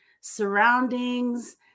surroundings